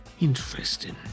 Interesting